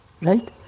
Right